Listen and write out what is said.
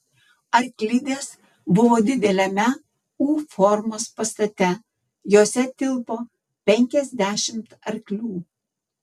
arklidės buvo dideliame u formos pastate jose tilpo penkiasdešimt arklių